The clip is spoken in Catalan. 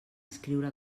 escriure